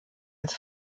als